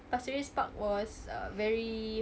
pasir ris park was uh very